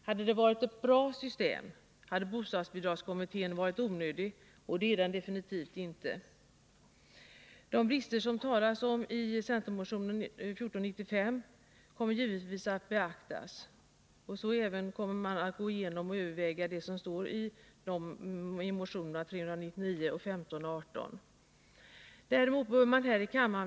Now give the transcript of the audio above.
Hade det varit ett bra system, hade bostadsbidragskommittén varit onödig — och det är den definitivt inte. De brister som det talas om i centermotionen 1495 kommer givetvis att beaktas. Även det som anförs i motionerna 399 och 1518 kommer att gås igenom och övervägas.